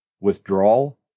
withdrawal